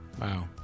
Wow